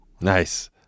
Nice